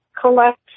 collect